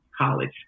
college